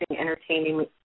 Entertaining